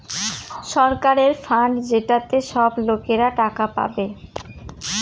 সরকারের ফান্ড যেটাতে সব লোকরা টাকা পাবে